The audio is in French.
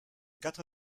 quatre